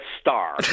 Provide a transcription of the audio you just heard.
star